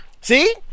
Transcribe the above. See